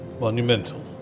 monumental